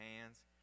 hands